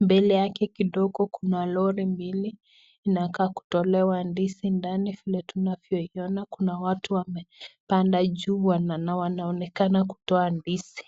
Mbele yake kidogo kuna lori mbili. Inakaa kutolewa ndizi ndani vile tunavyoiona. Kuna watu wamepanda juu wanaonekana kutoa ndizi.